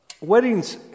weddings